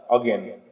again